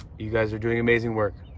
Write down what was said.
you guys are doing amazing work.